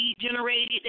generated